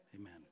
Amen